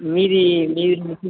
மீதி மீதி